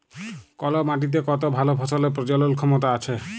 call মাটিতে কত ভাল ফসলের প্রজলল ক্ষমতা আছে